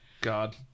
God